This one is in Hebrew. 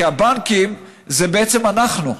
כי הבנקים זה בעצם אנחנו.